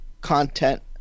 content